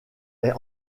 est